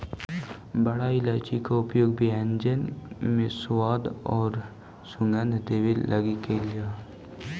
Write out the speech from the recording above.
बड़ा इलायची के प्रयोग व्यंजन में स्वाद औउर सुगंध देवे लगी कैइल जा हई